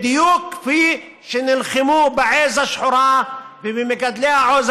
בדיוק כפי שנלחמו בעז השחורה ובמגדלי העז